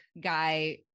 guy